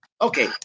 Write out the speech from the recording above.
Okay